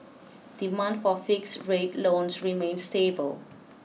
demand for fixed rate loans remains stable